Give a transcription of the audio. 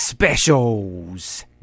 specials